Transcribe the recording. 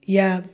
आयब